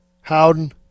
Howden